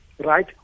right